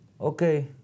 okay